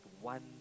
one